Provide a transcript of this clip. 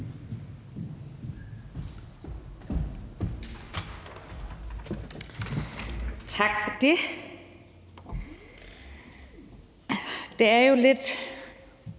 Tak for det. Det er jo lidt